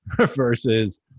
versus